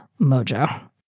Mojo